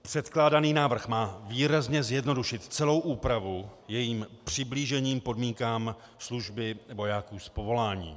Předkládaný návrh má výrazně zjednodušit celou úpravu jejím přiblížením podmínkám služby vojáků z povolání.